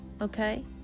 Okay